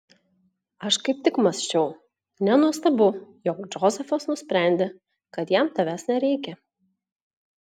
aš kaip tik mąsčiau nenuostabu jog džozefas nusprendė kad jam tavęs nereikia